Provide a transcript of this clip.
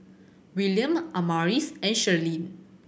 William Amaris and Shirlene